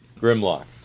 grimlock